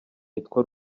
yitwa